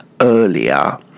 earlier